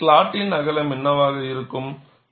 ஸ்லாட்டின் அகலம் என்னவாக இருக்க வேண்டும்